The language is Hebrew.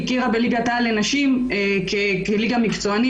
הכירה בליגת העל לנשים כליגה מקצוענית,